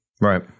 Right